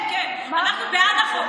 אנחנו בעד החוק,